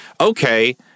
okay